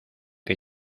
que